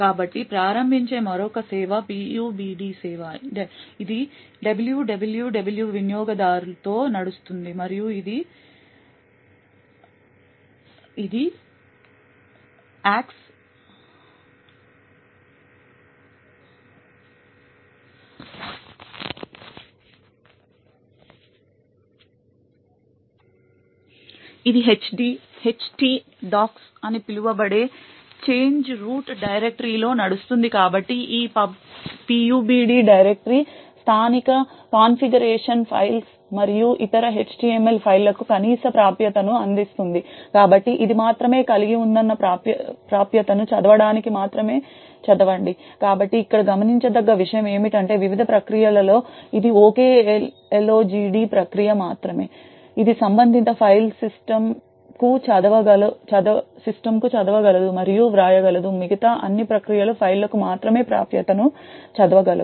కాబట్టి ప్రారంభించే మరొక సేవ PUBD సేవ ఇది www వినియోగదారుతో నడుస్తుంది మరియు ఇది ht డాక్స్ అని పిలువబడే చేంజ్ రూట్ డైరెక్టరీలో నడుస్తుంది కాబట్టి ఈ PUBD డైరెక్టరీ స్థానిక కాన్ఫిగరేషన్ ఫైల్స్ మరియు ఇతర html ఫైళ్ళకు కనీస ప్రాప్యతను అందిస్తుంది కాబట్టి ఇది మాత్రమే కలిగి ఉందన్న ప్రాప్యతను చదవడానికి మాత్రమే చదవండి కాబట్టి ఇక్కడ గమనించదగ్గ విషయం ఏమిటంటే వివిధ ప్రక్రియలలో ఇది OKLOGD ప్రక్రియ మాత్రమే ఇది సంబంధిత ఫైల్ సిస్టమ్కు చదవగలదు మరియు వ్రాయగలదు మిగతా అన్ని ప్రక్రియలు ఫైల్లకు మాత్రమే ప్రాప్యతను చదవగలవు